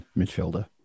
midfielder